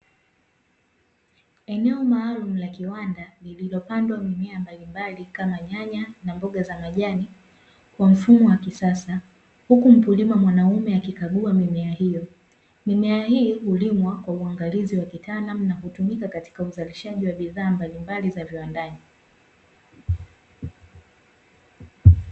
Eneo maalumu la kiwanda, lililopandwa mimea mbalimbali kama nyanya na mboga za majani, kwa mfumo wa kisasa, huku mkulima mwanaume akikagua mimea hiyo. Mimea hii hulimwa kwa uangalizi wa kitaalamu na hutumika katika uzalishaji wa bidhaa mbalimbali za viwandani.